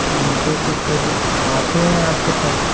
ठीक है तो फिर हम आते हैं आपके पास